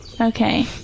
Okay